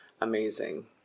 amazing